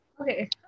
okay